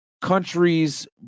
countries